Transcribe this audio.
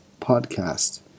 podcast